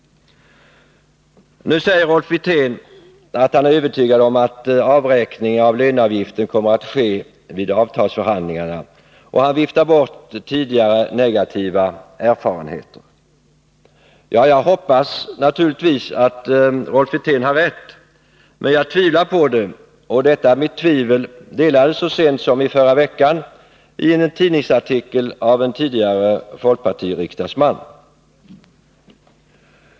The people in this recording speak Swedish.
Nu säger Rolf Wirtén att han är övertygad om att en avräkning av löneavgiften kommer att ske vid avtalsförhandlingarna, och han viftar bort tidigare negativa erfarenheter. Jag hoppas naturligtvis att Rolf Wirtén har rätt. Men jag tvivlar på det. Detta mitt tvivel delades så sent som i förra veckan i en tidningsartikel av en tidigare folkpartiriksdagsman.